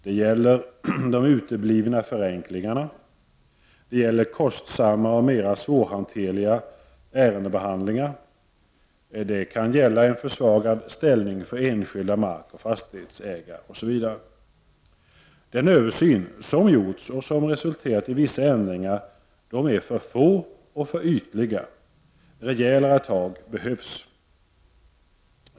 Det gäller uteblivna förenklingar, kostsammare och mera svårhanterlig ärendebehandling, en försvagad ställning för enskilda markoch fastighetsägare, osv. Den översyn som har gjorts har resulterat i vissa ändringar, vilka emellertid är för få och för ytliga. Rejälare tag behövs.